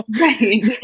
Right